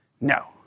No